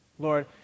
Lord